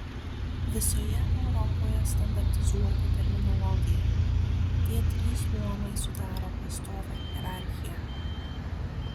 visoje europoje standartizuota terminologija tie trys luomai sudaro pastovią hierarchiją